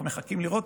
אנחנו מחכים לראות.